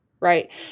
right